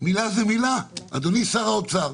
מילה זו מילה, אדוני שר האוצר.